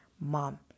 mom